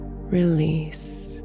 release